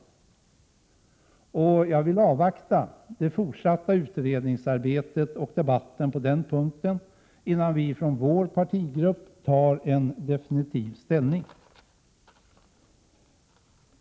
Vi vill från vår partigrupp avvakta det fortsatta utredningsarbetet och debatten på den punkten innan vi tar definitiv ställning.